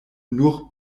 nur